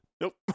Nope